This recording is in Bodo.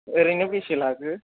ओरैनो बेसे लाखो